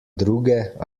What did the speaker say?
druge